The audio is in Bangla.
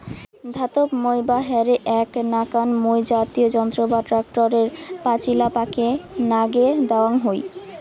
ধাতব মই বা হ্যারো এ্যাক নাকান মই জাতীয় যন্ত্র যা ট্যাক্টরের পাচিলাপাকে নাগে দ্যাওয়াং হই